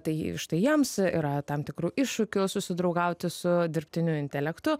tai štai jiems yra tam tikrų iššūkių susidraugauti su dirbtiniu intelektu